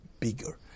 bigger